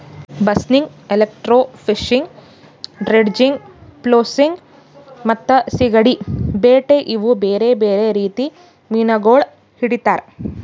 ಬಸ್ನಿಗ್, electrofishing, dredging, ಫ್ಲೋಸಿಂಗ್ ಮತ್ತ ಸೀಗಡಿ ಬೇಟೆ ಇವು ಬೇರೆ ಬೇರೆ ರೀತಿ ಮೀನಾಗೊಳ್ ಹಿಡಿತಾರ್